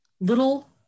little